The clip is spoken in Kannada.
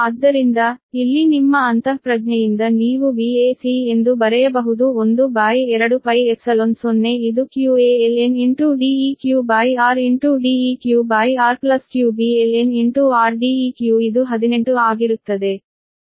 ಆದ್ದರಿಂದ ಇಲ್ಲಿ ನಿಮ್ಮ ಅಂತಃಪ್ರಜ್ಞೆಯಿಂದ ನೀವು Vac ಎಂದು ಬರೆಯಬಹುದು 12π0 ಇದು qaln DeqrDeqr qbln rDeq ಇದು 18 ಆಗಿರುತ್ತದೆ